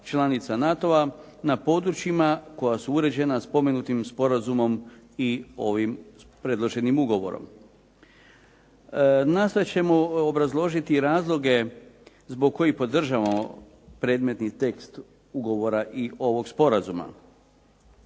članica NATO-a na područjima koja su uređena spomenutim sporazumom i ovim predloženim ugovorom. Nastojat ćemo obrazložiti i razloge zbog kojih podržavamo predmetni tekst ugovora i ovog sporazuma.